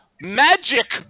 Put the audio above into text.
magic